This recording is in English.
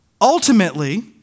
Ultimately